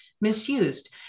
misused